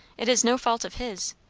it is no fault of his.